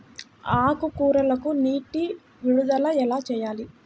ఆకుకూరలకు నీటి విడుదల ఎలా చేయాలి?